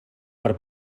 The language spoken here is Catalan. per